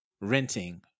Renting